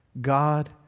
God